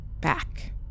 back